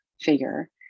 figure